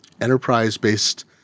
enterprise-based